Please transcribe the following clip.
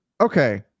Okay